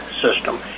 system